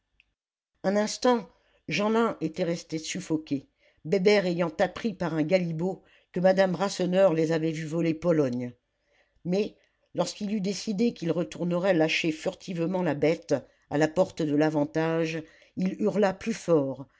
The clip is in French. un instant jeanlin était resté suffoqué bébert ayant appris par un galibot que madame rasseneur les avait vus voler pologne mais lorsqu'il eut décidé qu'il retournerait lâcher furtivement la bête à la porte de l'avantage il hurla plus fort